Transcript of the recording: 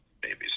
babies